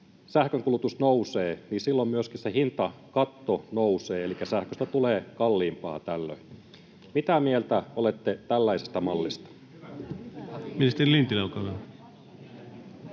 sähkönkulutus nousee, niin silloin myöskin se hintakatto nousee, elikkä sähköstä tulee kalliimpaa tällöin. Mitä mieltä olette tällaisesta mallista?